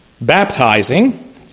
Baptizing